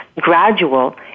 gradual